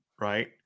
Right